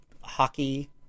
hockey